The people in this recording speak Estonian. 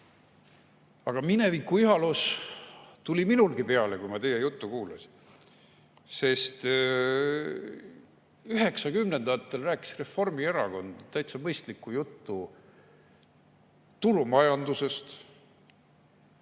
Minevikuihalus tuli minulgi peale, kui ma teie juttu kuulasin, sest 90-ndatel rääkis Reformierakond täitsa mõistlikku juttu turumajandusest